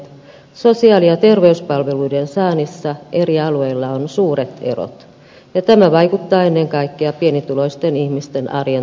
sosiaali ja terveyspalveluiden saannissa eri alueilla on suuret erot ja tämä vaikuttaa ennen kaikkea pienituloisten ihmisten arjen turvallisuuteen